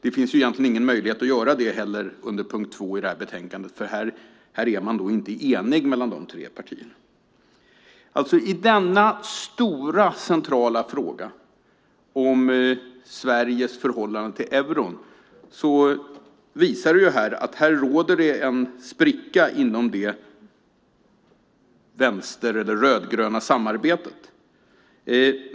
Det finns egentligen heller ingen möjlighet att göra det under punkt 2 i detta betänkande, för här är de tre partierna inte eniga. I denna stora, centrala fråga om Sveriges förhållande till euron visar det sig att det råder en spricka inom vänstersamarbetet, det rödgröna samarbetet.